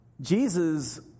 Jesus